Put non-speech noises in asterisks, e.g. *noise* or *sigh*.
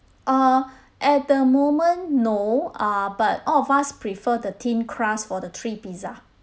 uh *breath* at the moment no uh but all of us prefer the thin crust for the three pizza